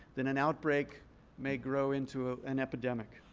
then an outbreak may grow into an epidemic,